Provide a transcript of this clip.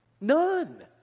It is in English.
none